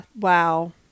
wow